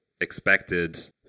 expected